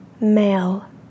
male